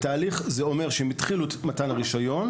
בתהליך, זה אומר שהם התחילו את מתן הרישיון,